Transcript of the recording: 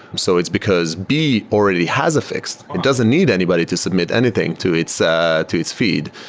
so it's because b already has a fi x. it doesn't need anybody to submit anything to its ah to its feed.